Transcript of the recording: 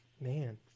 man